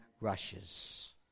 rushes